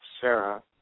Sarah